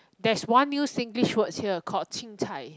that is one new singlish word here called chin-cai